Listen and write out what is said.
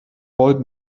volt